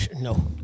No